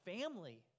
family